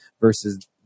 versus